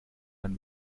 man